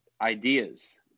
ideas